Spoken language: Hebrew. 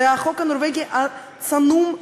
זה החוק הנורבגי הצנום,